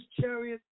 chariot